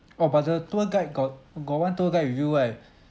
oh but the tour guide got got one tour guide with you right